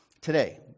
Today